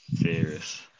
Serious